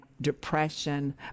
depression